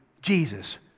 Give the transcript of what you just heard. Jesus